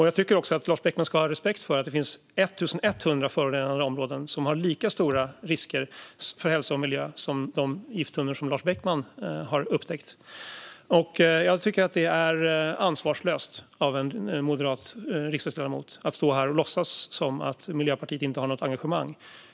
Jag tycker också att Lars Beckman ska ha respekt för att det finns 1 100 förorenade områden som har lika stora risker för hälsa och miljö som det område med gifttunnor som Lars Beckman har upptäckt. Jag tycker att det är ansvarslöst av en moderat riksdagsledamot att stå här och låtsas som att Miljöpartiet inte har något engagemang.